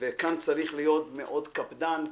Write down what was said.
וכאן צריך להיות מאוד קפדן,